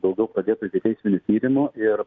daugiau pradėtų ikiteisminių tyrimų ir